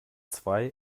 zwei